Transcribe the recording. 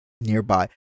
nearby